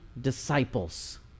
disciples